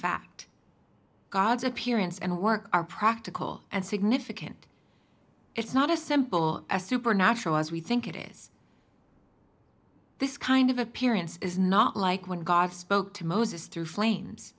fact god's appearance and work are practical and significant it's not as simple as supernatural as we think it is this kind of appearance is not like when god spoke to moses through flames